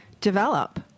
develop